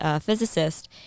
physicist